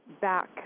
Back